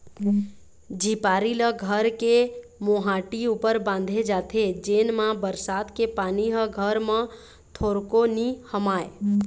झिपारी ल घर के मोहाटी ऊपर बांधे जाथे जेन मा बरसात के पानी ह घर म थोरको नी हमाय